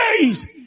days